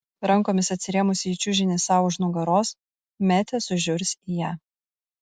rankomis atsirėmusi į čiužinį sau už nugaros metė sužiurs į ją